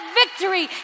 victory